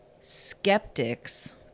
skeptics